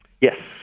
Yes